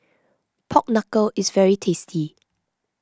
Pork Knuckle is very tasty